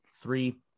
three